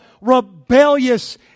rebellious